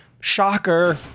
Shocker